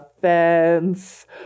fence